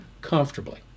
comfortably